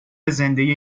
زنده